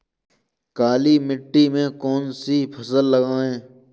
काली मिट्टी में कौन सी फसल लगाएँ?